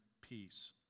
peace